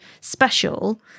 special